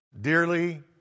dearly